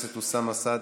חבר הכנסת אוסאמה סעדי,